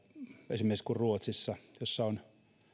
esimerkiksi ruotsissa jossa on